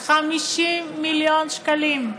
50 מיליון שקלים.